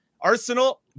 Arsenal